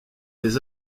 des